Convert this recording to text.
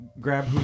grab